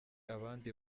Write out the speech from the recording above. abandi